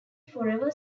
forever